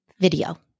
video